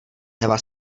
eva